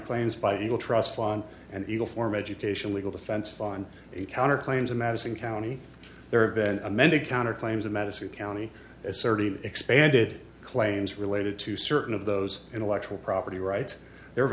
claims by eagle trust fund and eagle form education legal defense fund a counter claims of madison county there have been amended counter claims of madison county as thirty expanded claims related to certain of those intellectual property rights the